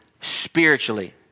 spiritually